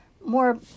more